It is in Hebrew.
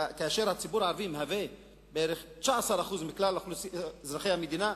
כשהציבור הערבי מהווה כ-19% מכלל אזרחי המדינה,